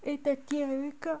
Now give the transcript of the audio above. eight thirty I wake up